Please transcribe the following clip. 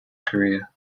career